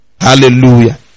Hallelujah